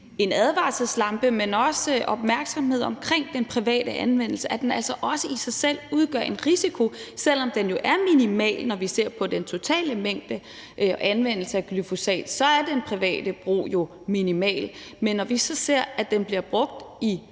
advarselslampe, men også har betydet opmærksomhed omkring den private anvendelse – at den altså også i sig selv udgør en risiko, selv om den er minimal. Når vi ser på den totale anvendelse af glyfosat, er den private brug jo minimal. Men når vi så ser, at den bliver brugt i